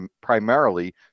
primarily